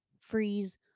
freeze